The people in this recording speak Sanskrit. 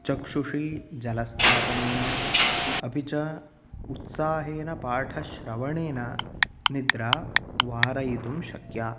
चक्षुषि जलस्थापनेन अपि च उत्साहेन पाठश्रवणेन निद्रा वारयितुं शक्या